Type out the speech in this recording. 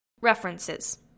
References